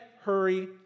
hurry